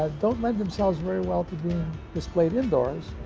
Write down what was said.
don't lend themselves very well to being displayed indoors,